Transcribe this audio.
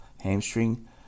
hamstring